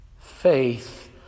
Faith